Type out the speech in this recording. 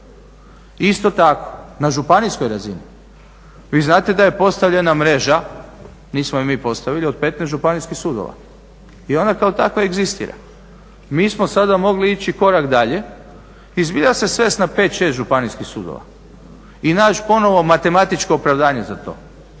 Isto tako na županijskoj razini. Vi znate da je postavljena mreža, nismo je mi postavili, od 15 županijskih sudova i ona kao takva egzistira. Mi smo sada mogli ići korak dalje i zbilja sve svesti na 5, 6 županijskih sudova i naći ponovno matematičko opravdanje za to.